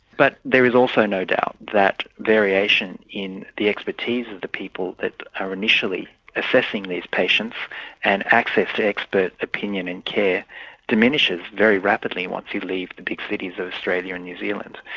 but there is also no doubt that variation in the expertise of the people that are initially assessing these patients and access to expert opinion and care diminishes very rapidly once you leave the big cities of australia and new zealand.